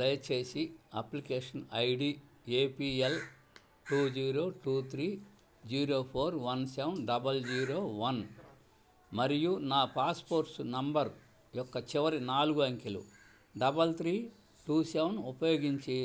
దయచేసి application ID APL two zero two three zero four one seven double zero one మరియు నా passports number యొక్క చివరి నాలుగు అంకెలు డబల్ త్రీ టూ సెవన్ ఉపయోగించి